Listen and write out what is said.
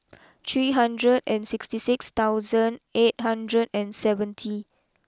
three hundred and sixty six thousand eight hundred and seventy